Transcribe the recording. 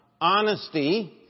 honesty